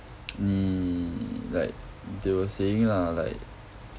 me like they were saying lah like